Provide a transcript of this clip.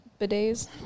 Bidets